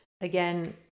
again